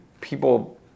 people